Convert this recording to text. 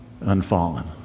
Unfallen